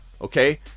okay